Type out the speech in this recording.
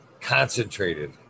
concentrated